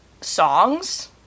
songs